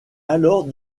alors